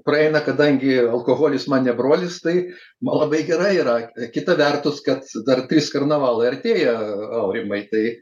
praeina kadangi alkoholis man ne brolis tai man labai gerai yra kita vertus kad dar trys karnavalai artėja aurimai tai